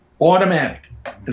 automatic